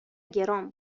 گران